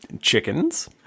Chickens